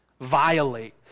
violate